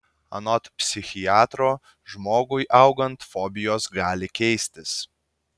anot psichiatro žmogui augant fobijos gali keistis